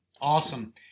Awesome